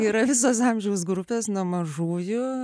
yra visas amžiaus grupes nuo mažųjų